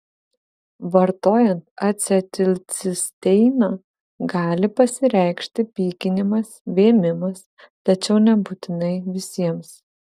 vartojant acetilcisteiną gali pasireikšti pykinimas vėmimas tačiau nebūtinai visiems